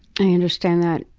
i understand that.